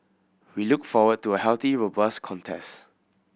we look forward to a healthy robust contest